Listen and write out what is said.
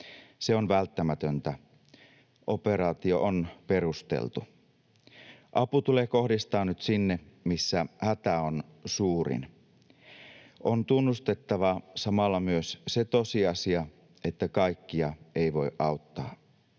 Se on välttämätöntä. Operaatio on perusteltu. Apu tulee kohdistaa nyt sinne, missä hätä on suurin. On tunnustettava samalla myös se tosiasia, että kaikkia ei voi auttaa.